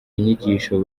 inyigisho